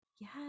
yes